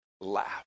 laugh